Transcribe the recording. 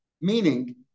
meaning